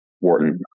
wharton